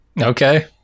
Okay